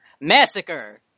massacre